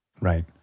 Right